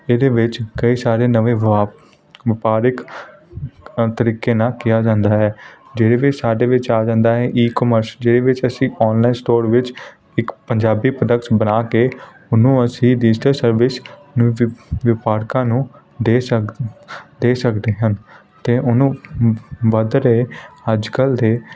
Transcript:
ਇਹਦੇ ਵਿੱਚ ਕਈ ਸਾਰੇ ਨਵੇਂ ਵਾਪ ਵਪਾਰਿਕ ਆਮ ਤਰੀਕੇ ਨਾਲ ਕਿਹਾ ਜਾਂਦਾ ਹੈ ਜਿਹਦੇ ਵਿੱਚ ਸਾਡੇ ਵਿੱਚ ਆ ਜਾਂਦਾ ਹੈ ਈਕਮਰਸ਼ ਜਿਹਦੇ ਵਿੱਚ ਅਸੀਂ ਆਨਲਾਈਨ ਸਟੋਰ ਵਿੱਚ ਇੱਕ ਪੰਜਾਬੀ ਪ੍ਰੋਡਕਸ ਬਣਾ ਕੇ ਉਹਨੂੰ ਅਸੀਂ ਡਿਜੀਟਲ ਸਰਵਿਸ ਨੂੰ ਵਿ ਵਪਾਰਕਾਂ ਨੂੰ ਦੇ ਸਕ ਦੇ ਸਕਦੇ ਹਨ ਅਤੇ ਉਹਨੂੰ ਵ ਵੱਧ ਰਹੇ ਅੱਜ ਕੱਲ੍ਹ ਦੇ